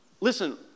Listen